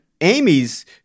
Amy's